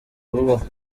bubaho